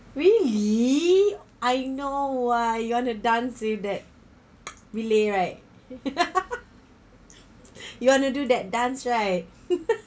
really I know why you want to dance with that relay right you want to do that dance right